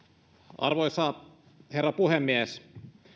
arvoisa herra puhemies